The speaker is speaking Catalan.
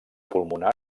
pulmonar